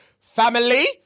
Family